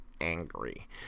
angry